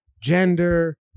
gender